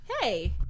Hey